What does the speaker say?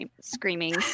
screaming